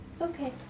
Okay